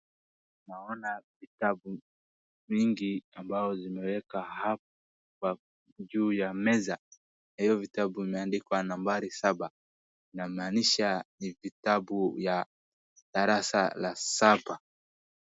Naona vitabu mingi ambayo zimewekwa hapo juu ya meza na hiyo vitabu imeandikwa nambari saba, inamaanisha ni vitabu ya darasa la saba.